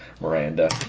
Miranda